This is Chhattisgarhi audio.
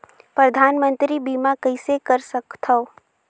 परधानमंतरी बीमा कइसे कर सकथव?